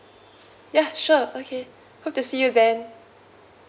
ya sure okay hope to see you then